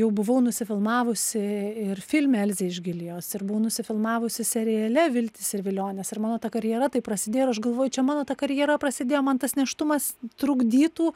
jau buvau nusifilmavusi ir filme elzė iš gilijos ir buvau nusifilmavusi seriale viltys ir vilionės ir mano ta karjera taip prasidėjo aš galvoju čia mano ta karjera prasidėjo man tas nėštumas trukdytų